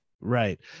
Right